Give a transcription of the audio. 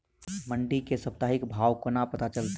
मंडी केँ साप्ताहिक भाव कोना पत्ता चलतै?